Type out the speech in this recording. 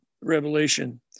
revelation